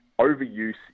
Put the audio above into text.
Overuse